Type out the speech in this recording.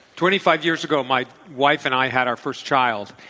twenty five years ago, my wife and i had our first child.